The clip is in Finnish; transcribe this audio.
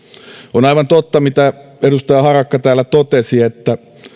on aivan totta mitä edustaja harakka täällä totesi että